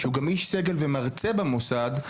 שהוא גם איש סגל ומרצה במוסד,